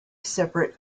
separate